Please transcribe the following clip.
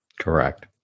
Correct